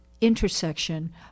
intersection